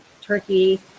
Turkey